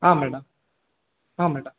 ಹಾಂ ಮೇಡಮ್ ಹಾಂ ಮೇಡಮ್